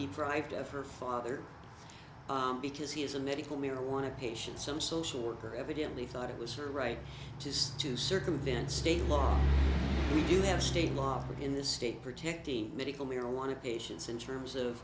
deprived of her father because he is a medical marijuana patient some social worker evidently thought it was her right just to circumvent state law you have state law in this state protecting medical marijuana patients in terms of